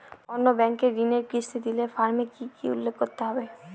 অন্য ব্যাঙ্কে ঋণের কিস্তি দিলে ফর্মে কি কী উল্লেখ করতে হবে?